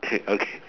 okay